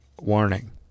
warning